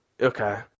okay